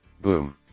Boom